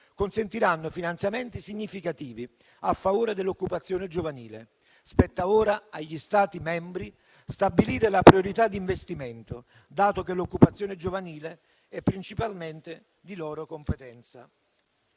consentiranno finanziamenti significativi a favore dell'occupazione giovanile; spetta ora agli Stati membri stabilire le priorità di investimento, dato che l'occupazione giovanile è principalmente di loro competenza;